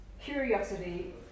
curiosity